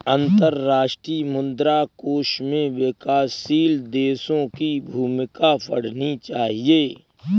अंतर्राष्ट्रीय मुद्रा कोष में विकासशील देशों की भूमिका पढ़नी चाहिए